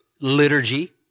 liturgy